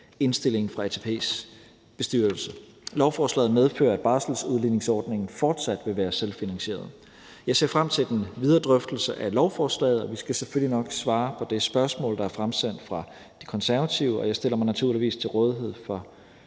indstillingen fra ATP's bestyrelse. Lovforslaget medfører, at barselsudligningsordningen fortsat vil være selvfinansieret. Jeg ser frem til den videre drøftelse af lovforslaget, og vi skal selvfølgelig nok svare på det spørgsmål, der er fremsendt af De Konservative. Jeg stiller mig naturligvis til rådighed for